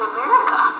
America